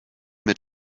mit